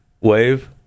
wave